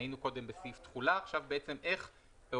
היינו קודם בסעיף תחולה ועכשיו איך יחולו